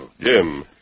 Jim